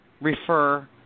refer